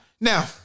Now